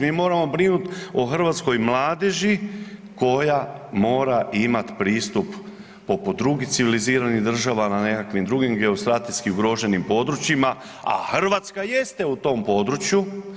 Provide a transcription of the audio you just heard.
Mi moramo brinuti o hrvatskoj mladeži koja mora imati pristup poput drugih civiliziranih država na nekim drugim geostrateškim ugroženim područjima, a Hrvatska jeste u tom području.